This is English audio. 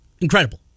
incredible